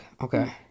Okay